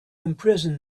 imprison